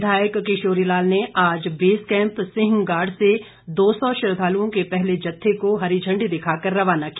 विधायक किशोरी लाल ने आज बेस कैम्प सिंहगाड़ से दो सौ श्रद्वालुओं के पहले जत्थे को हरी झंडी दिखाकर रवाना किया